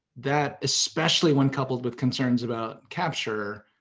that, especially when coupled with concerns about capture,